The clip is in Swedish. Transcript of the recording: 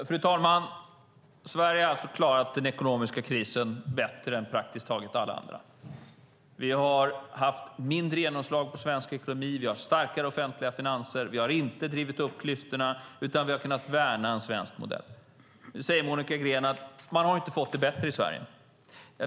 Fru talman! Sverige har alltså klarat den ekonomiska krisen bättre än praktiskt taget alla andra. Vi har haft mindre genomslag på svensk ekonomi. Vi har starkare offentliga finanser. Vi har inte drivit upp klyftorna, utan vi har kunnat värna en svensk modell. Nu säger Monica Green att man inte har fått det bättre i Sverige.